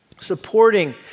supporting